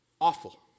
Awful